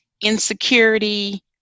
Insecurity